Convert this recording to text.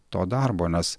to darbo nes